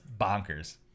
bonkers